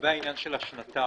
לגבי העניין של השנתיים.